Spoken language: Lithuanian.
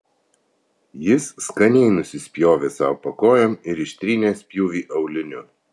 jis skaniai nusispjovė sau po kojom ir ištrynė spjūvį auliniu